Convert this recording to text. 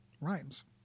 Rhymes